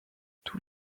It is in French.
tous